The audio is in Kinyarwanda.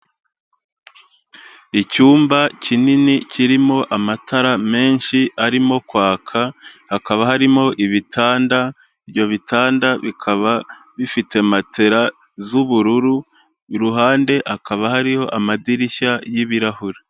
Icyumba kinini kirimo amatara menshi arimo kwaka, hakaba harimo ibitanda, ibyo bitanda bikaba bifite matera z'ubururu, iruhande hakaba hariho amadirishya y'ibirahure.